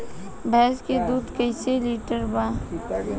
भैंस के दूध कईसे लीटर बा?